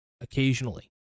occasionally